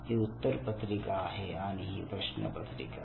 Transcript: ही उत्तर पत्रिका आहे आणि ही प्रश्नपत्रिका